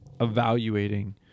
evaluating